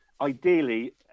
ideally